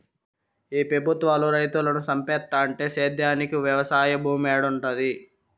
ఈ పెబుత్వాలు రైతులను సంపేత్తంటే సేద్యానికి వెవసాయ భూమేడుంటది